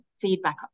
feedback